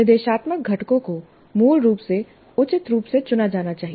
निर्देशात्मक घटकों को मूल रूप से उचित रूप से चुना जाना चाहिए